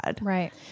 Right